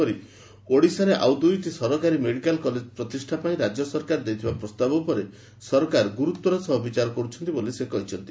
ସେହିପରି ଓଡ଼ିଶାରେ ଆଉ ଦୁଇଟି ସରକାରୀ ମେଡିକାଲ୍ କଲେଜ୍ ପ୍ରତିଷ୍ଠା ପାଇଁ ରାଜ୍ୟ ସରକାର ଦେଇଥିବା ପ୍ରସ୍ତାବ ଉପରେ ସରକାର ଗୁରୁତ୍ୱର ସହ ବିଚାର କରୁଛନ୍ତି ବୋଲି ସେ କହିଛନ୍ତି